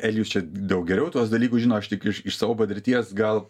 elijus čia daug geriau tuos dalykus žino aš tik iš iš savo patirties gal